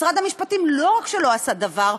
משרד המשפטים לא רק שלא עשה דבר,